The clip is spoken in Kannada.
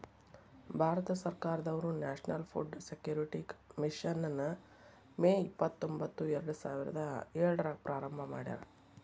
ಭಾರತ ಸರ್ಕಾರದವ್ರು ನ್ಯಾಷನಲ್ ಫುಡ್ ಸೆಕ್ಯೂರಿಟಿ ಮಿಷನ್ ನ ಮೇ ಇಪ್ಪತ್ರೊಂಬತ್ತು ಎರಡುಸಾವಿರದ ಏಳ್ರಾಗ ಪ್ರಾರಂಭ ಮಾಡ್ಯಾರ